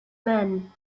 men